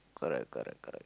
correct correct correct